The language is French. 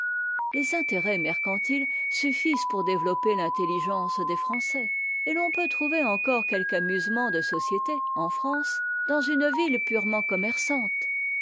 les intérêts mercantiles suffisent pour développer l'intelligence des français et l'on peut trouver encore quelque amusement de société en france dans une ville purement commerçante